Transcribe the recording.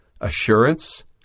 assurance